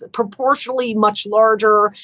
ah proportionally much larger.